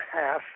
half